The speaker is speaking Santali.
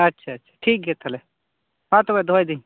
ᱟᱪᱪᱷᱟ ᱟᱪᱪᱷᱟ ᱴᱷᱤᱠ ᱜᱮ ᱛᱟᱦᱚᱞᱮ ᱢᱟ ᱛᱚᱵᱮ ᱫᱚᱦᱚᱭᱮᱫᱤᱧ